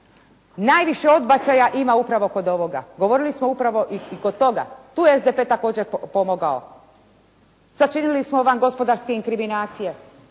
Najviše odbačaja ima upravo kod ovoga. Govorili smo upravo i kod toga. Tu je SDP također pomogao. Sačinili smo vam gospodarske inkriminacije